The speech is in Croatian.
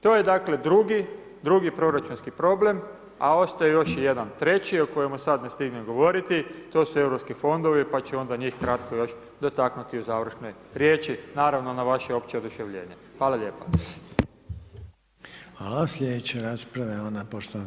To je dakle, drugi proračunski problem, a ostaje još jedan, treći, o kojemu sada ne stignem govoriti, to su europski fondovi, pa ću onda njih kratko još dotaknuti u završnoj riječi, naravno na vaše opće oduševljenje, hvala lijepo.